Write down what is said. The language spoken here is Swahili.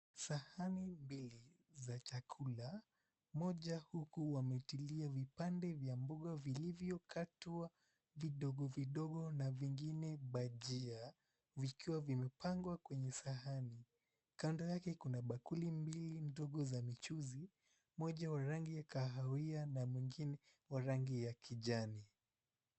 Sahani mbili za chakula. Moja huku wametilia vipande vya mboga vilivyo katua vidogo vidogo, na vingine bajia. Vikiwa vimepangwa kwenye sahani. Kando yake kuna bakuli mbili ndogo za michuzi, moja ya rangi ya kahawia na ingine wa rangi ya kijani.